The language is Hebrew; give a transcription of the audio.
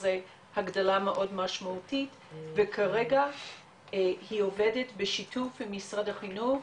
שזה הגדלה מאוד משמעותית וכרגע היא עובדת בשיתוף עם משרד החינוך